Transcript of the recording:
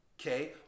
okay